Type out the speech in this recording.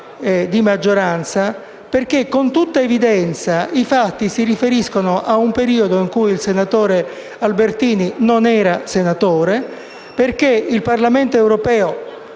di maggioranza, perché con tutta evidenza i fatti si riferiscono a un periodo in cui il senatore Albertini non era senatore e perché il Parlamento europeo,